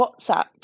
WhatsApp